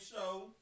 show